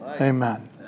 Amen